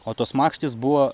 o tos makštys buvo